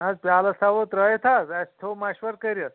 نہ حظ پیالس تھاوو ترٲوتھ حظ اَسہ تھوٚو مشور کٔرتھ